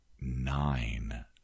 nine